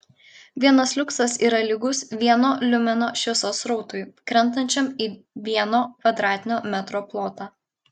vienas liuksas yra lygus vieno liumeno šviesos srautui krentančiam į vieno kvadratinio metro plotą